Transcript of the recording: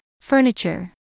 furniture